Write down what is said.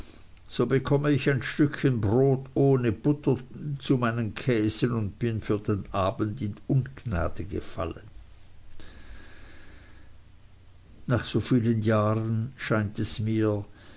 habe bekomme ich ein stückchen brot ohne butter zu meinen käsen und bin für den abend in ungnade gefallen nach so vielen jahren scheint es mir